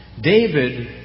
David